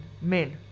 men